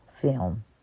film